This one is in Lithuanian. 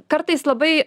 kartais labai